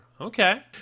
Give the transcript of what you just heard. Okay